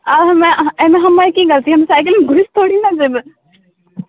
अब हमरा अइमे हमर की गलती हम साइकिलमे घुसि थोड़े ने जेबै